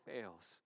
fails